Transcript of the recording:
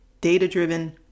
data-driven